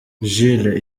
jules